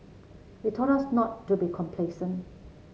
it taught us not to be complacent